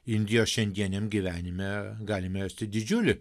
indijos šiandieniam gyvenime galime rasti didžiulį